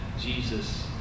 Jesus